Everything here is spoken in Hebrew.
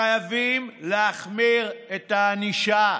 חייבים להחמיר את הענישה.